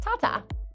Tata